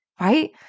right